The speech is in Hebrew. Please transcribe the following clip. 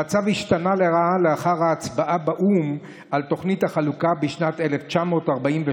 המצב השתנה לרעה לאחר ההצבעה באו"ם על תוכנית החלוקה בשנת 1947,